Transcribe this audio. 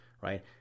right